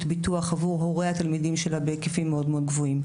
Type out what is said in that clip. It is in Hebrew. ביטוח עבור הורי התלמידים שלה בהיקפים מאוד מאוד גבוהים.